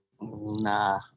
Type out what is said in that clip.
nah